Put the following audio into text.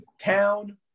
Town